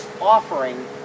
offering